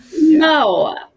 No